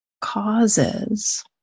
causes